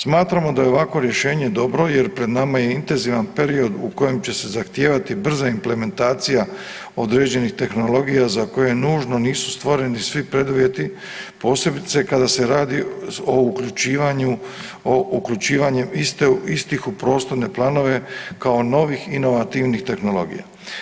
Smatramo da je ovako rješenje dobro jer pred nama je intenzivan period u kojem će se zahtijevati brza implementacija određenih tehnologija za koje nužno nisu stvoreni svi preduvjeti, posebice kada se radi o uključivanju, o uključivanju istih u prostorne planove kao novih inovativnih tehnologija.